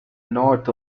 north